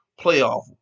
playoff